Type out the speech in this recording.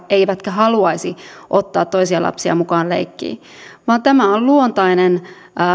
eivätkä haluaisi ottaa toisia lapsia mukaan leikkiin vaan tämä on luontainen